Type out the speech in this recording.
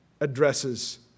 addresses